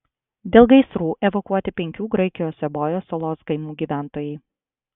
dėl gaisrų evakuoti penkių graikijos eubojos salos kaimų gyventojai